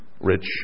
rich